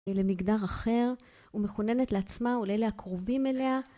למגדר אחר ומכוננת לעצמה ולאלה הקרובים אליה.